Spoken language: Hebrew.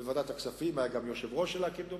בוועדת הכספים, היה גם יושב-ראש שלה, כמדומני.